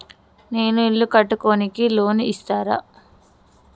నేను ఇల్లు కట్టుకోనికి లోన్ ఇస్తరా?